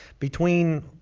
between.